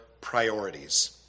priorities